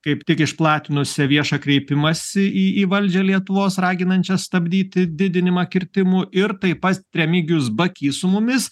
kaip tik išplatinusią viešą kreipimąsi į į valdžią lietuvos raginančią stabdyti didinimą kirtimų ir taip pat remigijus bakys su mumis